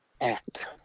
Act